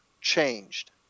changed